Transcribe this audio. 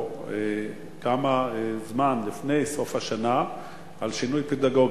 או כמה זמן לפני סוף השנה מחליטים על שינוי פדגוגי.